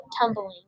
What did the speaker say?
tumbling